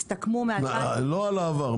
הסתכמו --- לא על העבר,